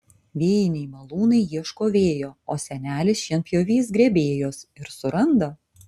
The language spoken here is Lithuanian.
vėjiniai malūnai ieško vėjo o senelis šienpjovys grėbėjos ir suranda